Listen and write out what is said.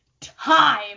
time